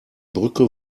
brücke